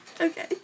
Okay